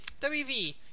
WV